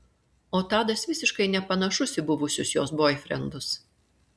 o tadas visiškai nepanašus į buvusius jos boifrendus